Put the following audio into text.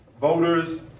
voters